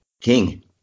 king